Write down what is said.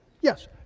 Yes